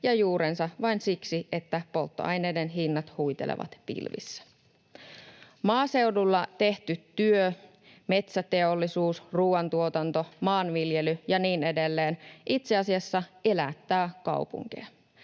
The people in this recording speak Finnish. ja juurensa vain siksi, että polttoaineiden hinnat huitelevat pilvissä. Maaseudulla tehty työ — metsäteollisuus, ruoantuotanto, maanviljely ja niin edelleen — itse asiassa elättää kaupunkeja.